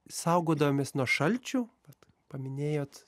saugodavomės nuo šalčių vat paminėjot